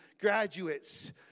Graduates